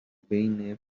بین